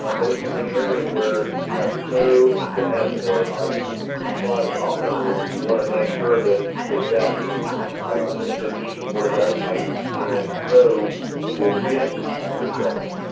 um but if you're in an area where you have snow and could have snow and ice sliding off the roof, you want to make sure that that that's in a position where that ice and snow will miss your gutters.